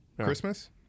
Christmas